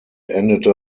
endete